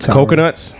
Coconuts